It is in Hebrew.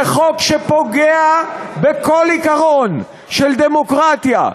זה חוק שפוגע בכל עיקרון של דמוקרטיה,